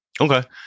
Okay